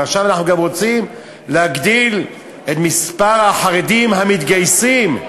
ועכשיו אנחנו גם רוצים להגדיל את מספר החרדים המתגייסים.